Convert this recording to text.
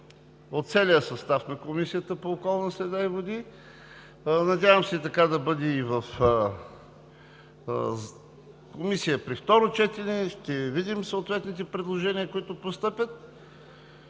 от целия състав на Комисията по околната среда и водите. Надявам се така да бъде и в Комисията при второ четене. Ще видим и съответните предложения, които ще постъпят,